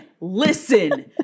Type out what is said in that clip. listen